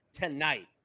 tonight